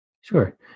Sure